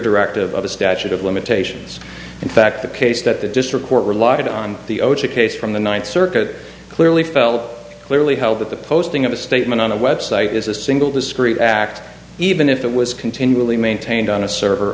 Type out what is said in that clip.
directive of a statute of limitations in fact the case that the district court relied on the o j case from the ninth circuit clearly felt clearly held that the posting of a statement on a website is a single discrete act even if it was continually maintained on a server